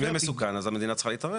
אם זה מסוכן אז המדינה צריכה להתערב.